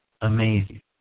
amazing